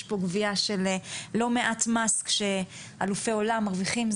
פה גבייה של לא מעט מס כשאלופי עולם מרוויחים,